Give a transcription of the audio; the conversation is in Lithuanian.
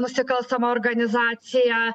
nusikalstama organizacija